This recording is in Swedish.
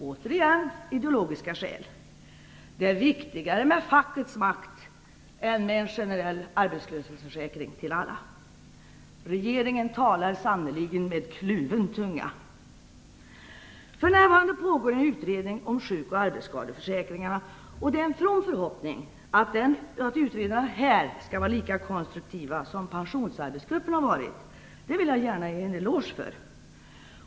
Återigen handlar det om ideologiska skäl. Det är viktigare med fackets makt än med en generell arbetslöshetsförsäkring. Regeringen talar sannerligen med kluven tunga. För närvarande pågår det en utredning om sjukoch arbetsskadeförsäkringarna. Det är en from förhoppning att utredarna skall vara lika konstruktiva som Pensionsarbetsgruppen har varit - det vill jag gärna ge en eloge för.